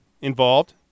involved